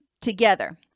together